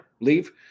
Leave